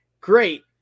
Great